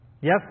Yes